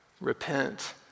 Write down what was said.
repent